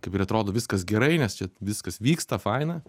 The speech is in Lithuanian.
kaip ir atrodo viskas gerai nes čia viskas vyksta faina